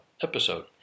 episode